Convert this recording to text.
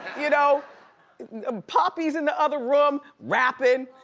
you know ah papi's in the other room rappin',